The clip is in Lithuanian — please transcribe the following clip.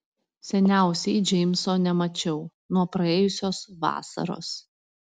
seniausiai džeimso nemačiau nuo praėjusios vasaros